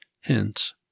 Hence